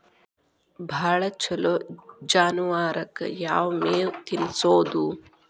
ಭಾಳ ಛಲೋ ಜಾನುವಾರಕ್ ಯಾವ್ ಮೇವ್ ತಿನ್ನಸೋದು?